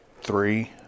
three